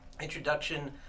introduction